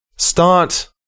Start